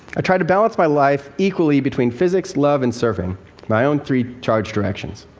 i try to balance my life equally between physics, love and surfing my own three charge directions.